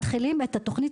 מתחילים את התוכנית,